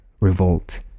revolt